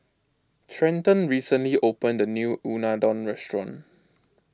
Trenton recently opened a new Unadon restaurant